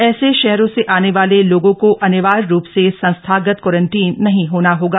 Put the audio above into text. ऐसे शहरों से आने वाले लोगों को अनिवार्य रूप से संस्थागत क्वारंटीन नहीं होना होगा